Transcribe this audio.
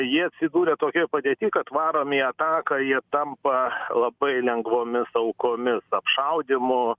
jie atsidūrė tokioj padėty kad varomi į ataką jie tampa labai lengvomis aukomis apšaudymų